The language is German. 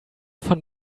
von